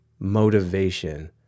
motivation